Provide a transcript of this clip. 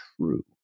true